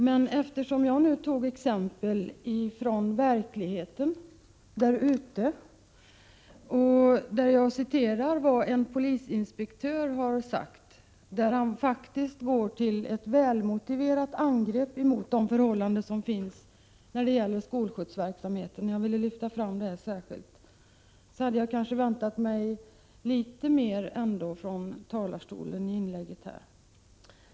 Men eftersom jag tog upp ett exempel från verkligheten och citerade en polisinspektör — som faktiskt går till ett välmotiverat angrepp mot de förhållanden som föreligger inom skolskjutsverksamheten — och ville lyfta fram detta särskilt, hade jag kanske ändå väntat mig litet mer från talarstolen.